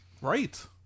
Right